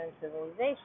civilization